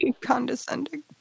condescending